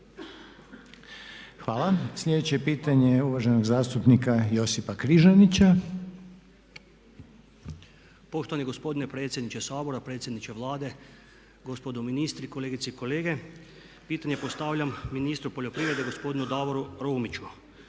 Hvala. Sljedeće je pitanje uvaženog zastupnika Josipa Križanića. **Križanić, Josip (HDZ)** Poštovani gospodine predsjedniče Sabora, predsjedniče Vlade, gospodo ministri, kolegice i kolege. Pitanje postavljam ministru poljoprivrede gospodinu Davoru Romiću.